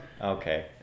Okay